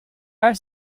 are